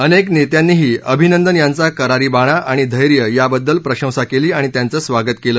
अनेक नेत्यांनीही अभिनंदन यांचा करारी बाणा आणि धैर्य याबद्दल प्रशंसा केली आणि त्यांचं स्वागत केलं